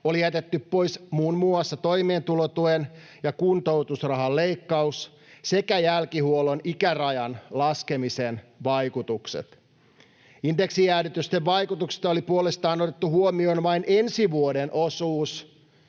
oli jätetty pois muun muassa toimeentulotuen ja kuntoutusrahan leikkaus sekä jälkihuollon ikärajan laskemisen vaikutukset. Indeksijäädytysten vaikutuksesta oli puolestaan otettu huomioon vain ensi vuoden osuus,